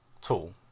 tool